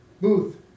Booth